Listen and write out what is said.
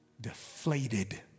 deflated